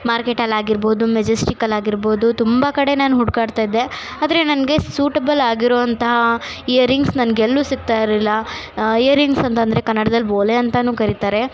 ಮಾರ್ಕೆಟಲ್ಲಾಗಿರ್ಬೋದು ಮೆಜೆಸ್ಟಿಕ್ಕಲ್ಲಾಗಿರ್ಬೋದು ತುಂಬ ಕಡೆ ನಾನು ಹುಡ್ಕಾಡ್ತಿದ್ದೆ ಆದರೆ ನನಗೆ ಸೂಟೆಬಲ್ ಆಗಿರೊ ಅಂತಹ ಇಯರಿಂಗ್ಸ್ ನನಗೆಲ್ಲೂ ಸಿಗ್ತಾ ಇರಲಿಲ್ಲ ಇಯರಿಂಗ್ಸ್ ಅಂತೆಂದ್ರೆ ಕನ್ನಡ್ದಲ್ಲಿ ಓಲೆ ಅಂತಲೂ ಕರೀತಾರೆ